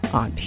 on